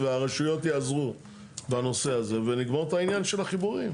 והרשויות יעזרו בנושא הזה ונגמור את העניין של החיבורים.